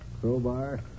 crowbar